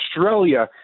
Australia